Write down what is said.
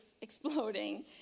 exploding